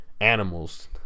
animals